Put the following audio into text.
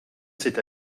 cet